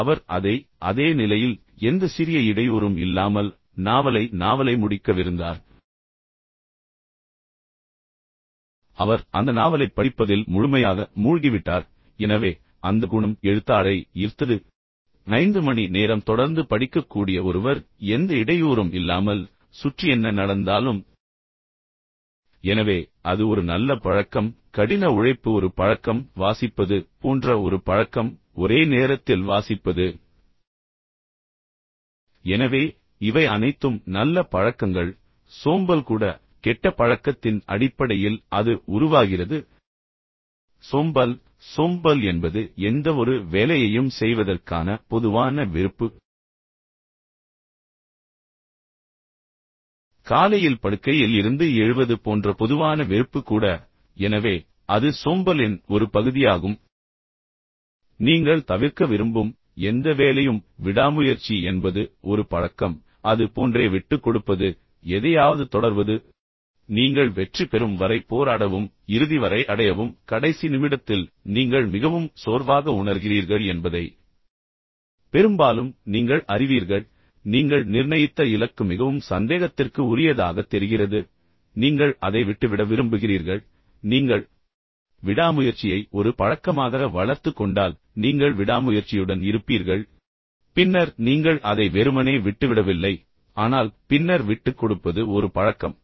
அவர் அதை அதே நிலையில் எந்த சிறிய இடையூறும் இல்லாமல் நாவலை நாவலை முடிக்கவிருந்தார் அவர் அந்த நாவலைப் படிப்பதில் முழுமையாக மூழ்கிவிட்டார் எனவே அந்த குணம் எழுத்தாளரை ஈர்த்தது ஐந்து மணி நேரம் தொடர்ந்து படிக்கக்கூடிய ஒருவர் எந்த இடையூறும் இல்லாமல் சுற்றி என்ன நடந்தாலும் எனவே அது ஒரு நல்ல பழக்கம் கடின உழைப்பு ஒரு பழக்கம் வாசிப்பது போன்ற ஒரு பழக்கம் ஒரே நேரத்தில் வாசிப்பது எனவே இவை அனைத்தும் நல்ல பழக்கங்கள் சோம்பல் கூட கெட்ட பழக்கத்தின் அடிப்படையில் அது உருவாகிறது சோம்பல் சோம்பல் என்பது எந்தவொரு வேலையையும் செய்வதற்கான பொதுவான வெறுப்பு காலையில் படுக்கையில் இருந்து எழுவது போன்ற பொதுவான வெறுப்பு கூட எனவே அது சோம்பலின் ஒரு பகுதியாகும் நீங்கள் தவிர்க்க விரும்பும் எந்த வேலையும் விடாமுயற்சி என்பது ஒரு பழக்கம் அது போன்றே விட்டுக்கொடுப்பது எதையாவது தொடர்வது நீங்கள் வெற்றி பெறும் வரை போராடவும் இறுதி வரை அடையவும் கடைசி நிமிடத்தில் நீங்கள் மிகவும் சோர்வாக உணர்கிறீர்கள் என்பதை பெரும்பாலும் நீங்கள் அறிவீர்கள் நீங்கள் நிர்ணயித்த இலக்கு மிகவும் சந்தேகத்திற்கு உரியதாக தெரிகிறது பின்னர் நீங்கள் அதை விட்டுவிட விரும்புகிறீர்கள் ஆனால் நீங்கள் விடாமுயற்சியை ஒரு பழக்கமாக வளர்த்துக் கொண்டால் நீங்கள் விடாமுயற்சியுடன் இருப்பீர்கள் பின்னர் நீங்கள் அதை வெறுமனே விட்டுவிடவில்லை ஆனால் பின்னர் விட்டுக்கொடுப்பது ஒரு பழக்கம்